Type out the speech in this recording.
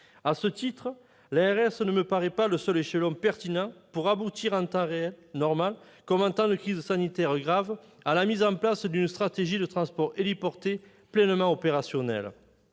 À ce titre, l'ARS ne me paraît pas le seul échelon pertinent pour aboutir, en temps normal comme en temps de crise sanitaire grave, à la mise en place d'une stratégie de transport héliporté pleinement opérationnelle.